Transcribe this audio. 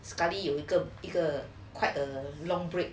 study 有一个一个 quite a long break